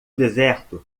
deserto